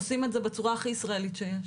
עושים את זה בצורה הכי ישראלית שיש,